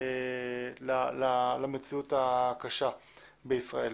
למציאות הקשה בישראל.